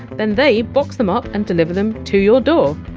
then they box them up and deliver them to your door.